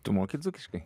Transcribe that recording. tu moki dzūkiškai